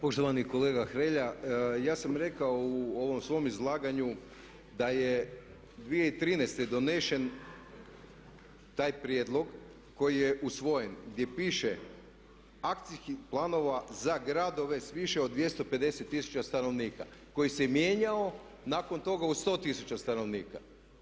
Poštovani kolega Hrelja, ja sam rekao u ovom svom izlaganju da je 2013. donesen taj prijedlog koji je usvojen, gdje piše akcijskih planova za gradove s više od 250 000 stanovnika koji se mijenjao nakon toga u 100 tisuća stanovnika.